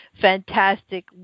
fantastic